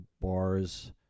bars